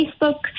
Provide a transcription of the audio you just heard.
Facebook